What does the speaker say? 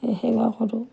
এই সেৱা কৰোঁ